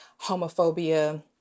homophobia